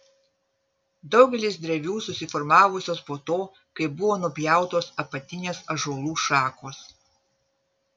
daugelis drevių susiformavusios po to kai buvo nupjautos apatinės ąžuolų šakos